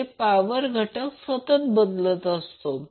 जेथे पॉवर घटक सतत बदलत आहे